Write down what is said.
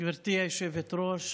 גברתי היושבת-ראש,